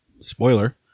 Spoiler